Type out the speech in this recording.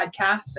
podcasts